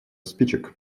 спичек